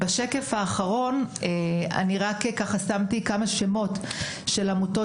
בשקף האחרון שמתי כמה שמות של עמותות